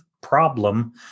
problem